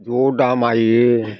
ज' दामायो